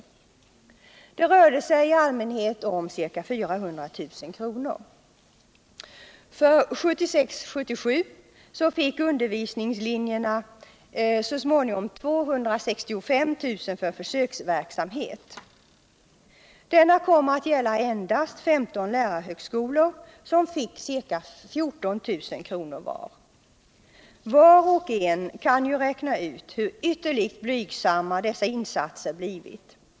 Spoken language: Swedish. Det rörde sig i allmänhet om ca 400 000 kr. För 1976/77 fick undervisningslinjerna så småningom 265 000 kr. för försöksverksamhet. Denna kom att gälla endast 15 lärarhögskolor, som fick ca 14 000 kr. var. Var och en kan ju räkna ut hur ytterligt blygsamma dessa insatser blivit.